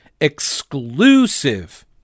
Exclusive